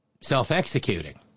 self-executing